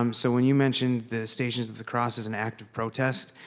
um so when you mentioned the stations of the cross as an act of protest,